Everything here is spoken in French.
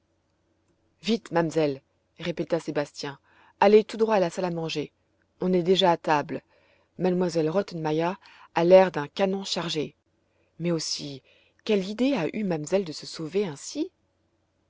vite mamselle répéta sébastien allez tout droit à la salle à manger on est déjà à table m elle rottenmeier a l'air d'un canon chargé mais aussi quelle idée a eue mamselle de se sauver ainsi